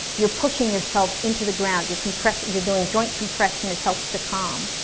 you're pushing yourself into the ground, you can press your doing joint compression, it helps to calm